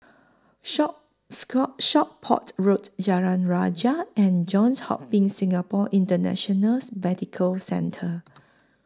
Shop SCORE Shop Port Road Jalan Rajah and Johns Hopkins Singapore Internationals Medical Centre